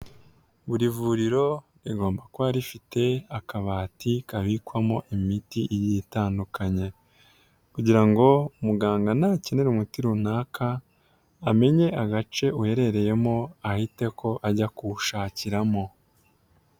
Buri vuriro rigomba kuba rifite akabati kabikwamo imiti igiye itandukanye. Kugira ngo muganga nakenera umuti runaka amenye agace uherereyemo ahite ko ajya kuwushakiramo.